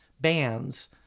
bands